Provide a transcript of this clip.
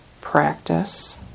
practice